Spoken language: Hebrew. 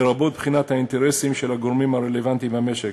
לרבות בחינת האינטרסים של הגורמים הרלוונטיים במשק.